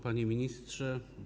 Panie Ministrze!